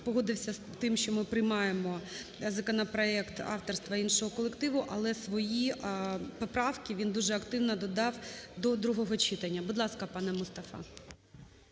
погодився з тим, що ми приймаємо законопроект авторства іншого колективу, але свої поправки він дуже активно додав до другого читання. Будь ласка, пане Мустафа.